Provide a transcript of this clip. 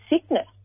sickness